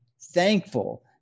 thankful